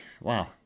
wow